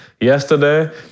yesterday